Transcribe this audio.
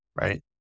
right